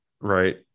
Right